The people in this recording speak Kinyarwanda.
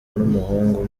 n’umuhungu